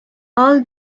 all